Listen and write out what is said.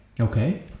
okay